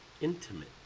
intimate